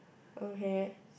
okay